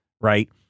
right